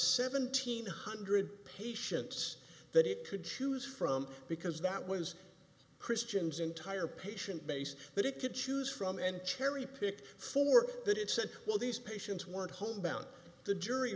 seventeen hundred patients that it could choose from because that was christian's entire patient base that it could choose from and cherry picked for that it said well these patients weren't home bound the jury